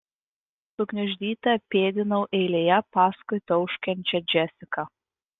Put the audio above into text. sugniuždyta pėdinau eilėje paskui tauškiančią džesiką